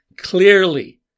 Clearly